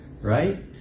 right